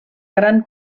gran